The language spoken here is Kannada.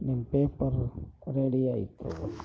ನಿಮ್ಮ ಪೇಪರ್ ರೆಡಿಯಾಯ್ತದೆ